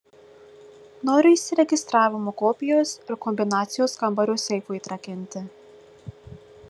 noriu įsiregistravimo kopijos ir kombinacijos kambario seifui atrakinti